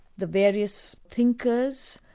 the various thinkers,